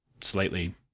slightly